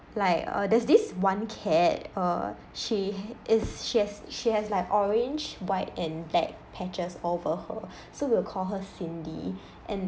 like uh there's this one cat uh she is she has she has like orange white and black patches all over her so we call her cindy and